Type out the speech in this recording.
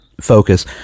Focus